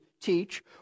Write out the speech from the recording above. teach